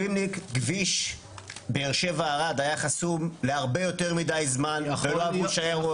כביש באר שבע ערד היה חסום להרבה יותר מידי זמן ולא אמור להישאר עוד.